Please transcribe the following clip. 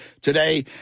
today